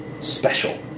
special